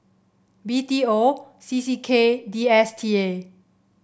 B T O C C K and D S T A